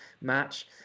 match